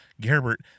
Gerbert